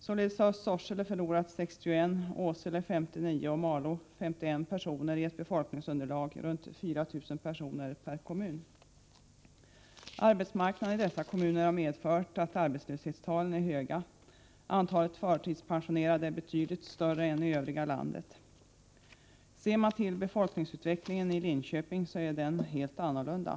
Således har Sorsele förlorat 61 personer, Åsele 59 och Malå 51 personer, av ett befolkningsunderlag på i runt tal 4 000 personer per kommun. Arbetsmarknaden i dessa kommuner har medfört att arbetslöshetstalen är höga. Antalet förtidspensionerade är betydligt större än i övriga landet. Befolkningsutvecklingen i Linköpingsregionen är helt annorlunda.